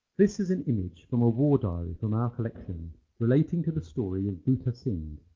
this is an image from a war diary from our collection relating to the story of buta singh,